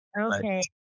Okay